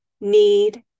need